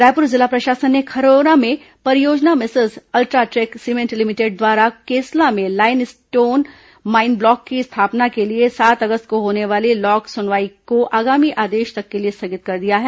रायपुर जिला प्रशासन ने खरोरा में परियोजना मेसर्स अल्ट्राटेक सीमेंट लिमिटेड द्वारा केसला में लाइन स्टोन माइन ब्लॉक की स्थापना के लिए सात अगस्त को होने वाली लोक सुनवाई को आगामी आदेश तक के लिए स्थगित कर दिया है